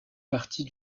partie